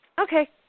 Okay